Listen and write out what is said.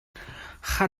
хар